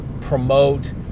promote